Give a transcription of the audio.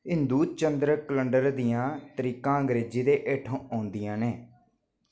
हिंदू चंद्र कलंडर दियां तरीकां अंग्रेज़ी दे हेठ होंदियां न